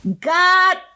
God